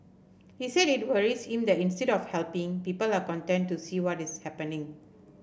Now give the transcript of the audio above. he said it worries him that instead of helping people are content to see what is happening